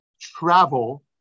travel